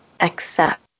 accept